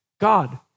God